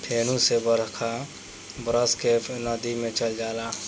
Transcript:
फेनू से बरखा बरस के नदी मे चल जाला